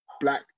black